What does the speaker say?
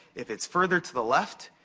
if it's further to the left,